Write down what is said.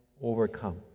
overcome